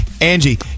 Angie